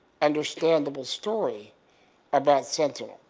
understandable story about sentinel,